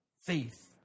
faith